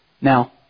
Now